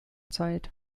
zeit